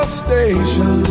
station